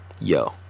Yo